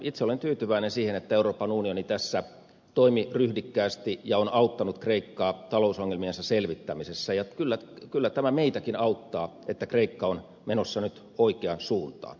itse olen tyytyväinen siihen että euroopan unioni tässä toimi ryhdikkäästi ja on auttanut kreikkaa talousongelmiensa selvittämisessä ja kyllä tämä meitäkin auttaa että kreikka on menossa nyt oikeaan suuntaan